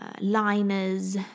liners